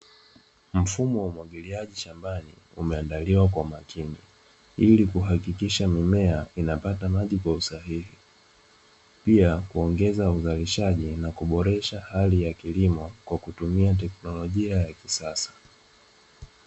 Mfumo wa umwagiliaji shambani, umeandaliwa kwa umakini ili kuhakikisha mimea inapata maji kwa usahihi, pia kuongeza uzalishaji na kuboresha hali ya kilimo kwa kutumia teknolojia ya kisasa.